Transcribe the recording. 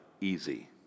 easy